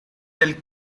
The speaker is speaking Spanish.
del